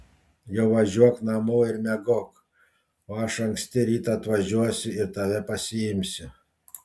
jau važiuok namo ir miegok o aš anksti rytą atvažiuosiu ir tave pasiimsiu